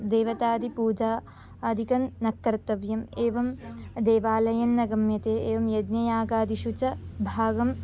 देवतादिपूजा आदिकं न कर्तव्यं एवं देवालयः न गम्यते एवं यज्ञयागादिषु च भागं